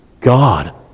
God